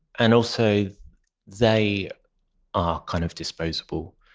and also they are kind of disposable,